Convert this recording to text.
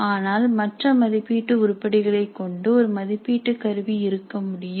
ஆனால் மற்ற மதிப்பீட்டு உருப்படிகளை கொண்டு ஒரு மதிப்பீட்டு கருவி இருக்க முடியும்